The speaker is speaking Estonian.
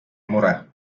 mure